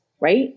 right